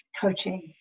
coaching